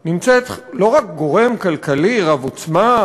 נמצא לא רק גורם כלכלי רב-עוצמה,